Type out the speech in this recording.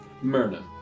Myrna